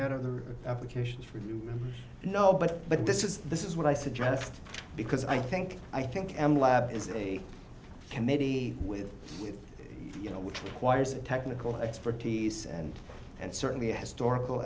had of the applications for you know but but this is this is what i suggest because i think i think m lab is a committee with you know which requires technical expertise and and certainly historical